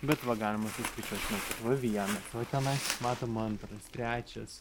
bet va galima suskaičiuot žinau kad va vienas va tenais matome antras trečias